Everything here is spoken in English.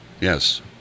Yes